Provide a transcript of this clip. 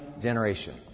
generation